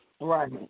Right